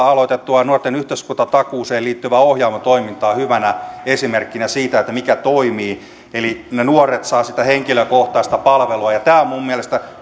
aloitettua nuorten yhteiskuntatakuuseen liittyvää ohjaavaa toimintaa hyvänä esimerkkinä siitä mikä toimii eli ne nuoret saavat sitä henkilökohtaista palvelua tämä on minun mielestäni